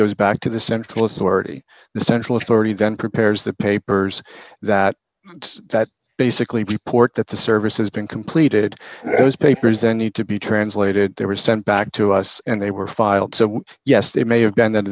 goes back to the central authority the central authority then prepares the papers that that basically port that the service has been completed and those papers then need to be translated they were sent back to us and they were filed so yes they may have been that